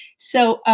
so,